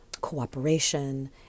cooperation